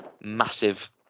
massive